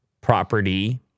property